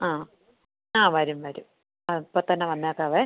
ആ ആ വരും വരും അ ഇപ്പം തന്നെ വന്നേക്കാമേ